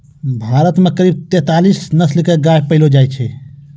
भारत मॅ करीब तेतालीस नस्ल के गाय पैलो जाय छै